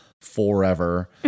forever